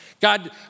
God